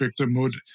victimhood